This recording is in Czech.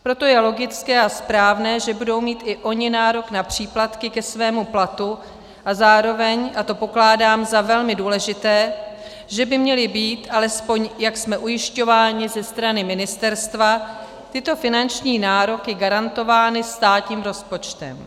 Proto je logické a správné, že budou mít i oni nárok na příplatky ke svému platu, a zároveň, a to pokládám za velmi důležité, že by měly být, jak jsme ujišťováni alespoň ze strany ministerstva, tyto finanční nároky garantovány státním rozpočtem.